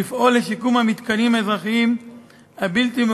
לפעול לשיקום המתקנים האזרחיים הבלתי-מעורבים